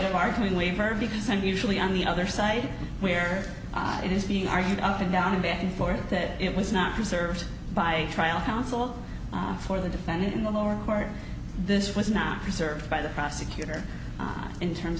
of arguing lever because i'm usually on the other side where it is being argued up and down and back and forth it was not preserved by trial counsel for the defendant in the lower court this was not preserved by the prosecutor in terms